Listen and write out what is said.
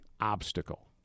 obstacle